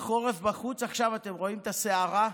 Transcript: אתם רואים עכשיו את הסערה בחוץ.